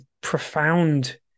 profound